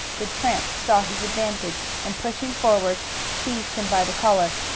the tramp saw his advantage, and pushing forward seized him by the collar.